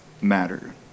matter